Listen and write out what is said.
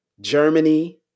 Germany